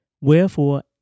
Wherefore